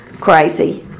crazy